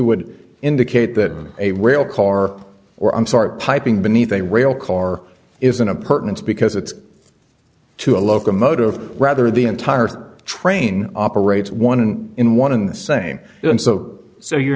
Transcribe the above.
would indicate that a rail car or i'm sorry piping beneath a rail car is in apartments because it's to a locomotive rather the entire train operates one in one in the same room so so you're